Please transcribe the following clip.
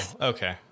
okay